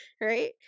Right